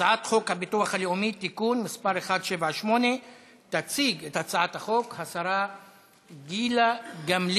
הצעת חוק הביטוח הלאומי (תיקון מס' 178). תציג את הצעת החוק השרה גילה גמליאל.